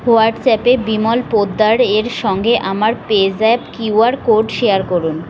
হোয়াটস অ্যাপে বিমল পোদ্দার এর সঙ্গে আমার PayZapp Q R code share করুন